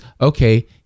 okay